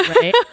right